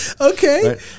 Okay